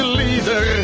leader